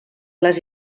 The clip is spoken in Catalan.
les